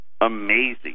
amazing